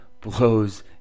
blows